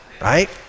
right